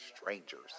strangers